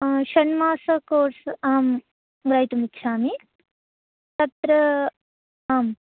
षण्मास course आं ग्रहीतुमिच्छामि तत्र आं